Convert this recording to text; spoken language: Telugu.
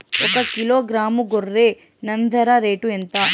ఒకకిలో గ్రాము గొర్రె నంజర రేటు ఎంత?